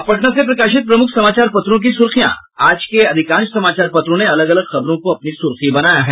अब पटना से प्रकाशित प्रमुख समाचार पत्रों की सुर्खियां आज के अधिकांश समाचार पत्रों ने अलग अलग खबरों को अपनी सुर्खी बनाया है